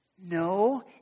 No